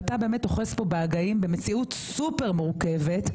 אתה אוחז פה בהגאים במציאות סופר-מורכבת,